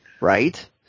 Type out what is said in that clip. right